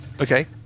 Okay